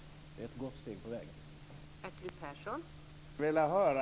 Det är ett gott steg på vägen.